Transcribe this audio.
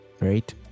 right